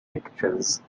pictures